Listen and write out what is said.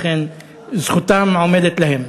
לכן זכותם עומדת להם.